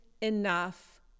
enough